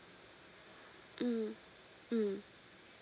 mm mm